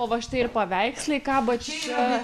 o va štai ir paveiksle kaba čia